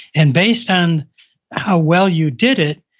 and based on how well you did it,